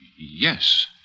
Yes